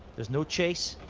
there's no chase,